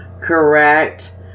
correct